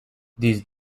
these